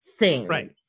Right